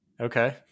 Okay